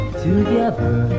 together